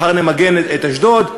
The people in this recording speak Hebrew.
מחר נמגן את אשדוד,